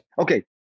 Okay